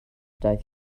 daeth